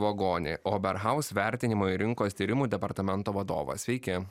vagonį oberhauz vertinimo ir rinkos tyrimų departamento vadovą sveiki